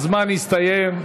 הזמן הסתיים.